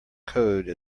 code